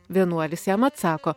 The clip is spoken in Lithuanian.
vienuolis jam atsako